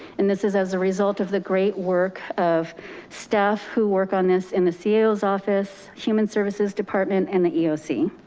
and this is as a result of the great work of staff who work on this in the sales office, human services department and the eoc.